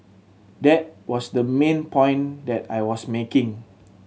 that was the main point that I was making